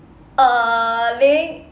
uh link